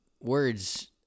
Words